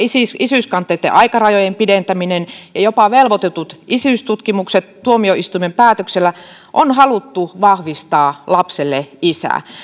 isyyskanteitten aikarajojen pidentäminen ja jopa velvoitetut isyystutkimukset tuomioistuimen päätöksellä että on haluttu vahvistaa lapselle